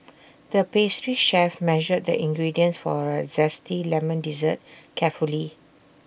the pastry chef measured the ingredients for A Zesty Lemon Dessert carefully